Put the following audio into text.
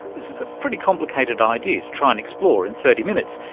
this is a pretty complicated idea to try and explore in thirty minutes,